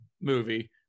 movie